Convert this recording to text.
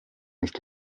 nicht